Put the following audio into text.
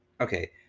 Okay